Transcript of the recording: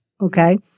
okay